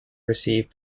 receive